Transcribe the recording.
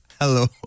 Hello